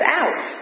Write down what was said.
out